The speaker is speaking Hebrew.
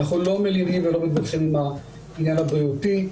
אנחנו לא מלינים ולא מתווכחים עם העניין הבריאותי.